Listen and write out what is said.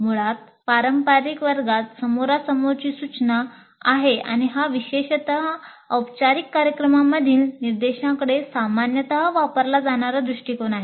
मुळात पारंपारिक वर्गात समोरासमोरची सूचना आहे आणि हा विशेषत औपचारिक कार्यक्रमांमधील निर्देशांकडे सामान्यतः वापरला जाणारा दृष्टीकोन आहे